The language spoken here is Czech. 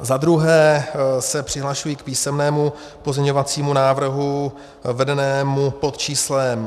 Za druhé se přihlašuji k písemnému pozměňovacímu návrhu vedenému pod číslem 2097.